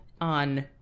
on